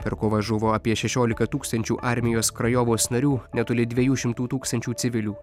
per kovą žuvo apie šešiolika tūkstančių armijos krajovos narių netoli dviejų šimtų tūkstančių civilių